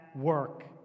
work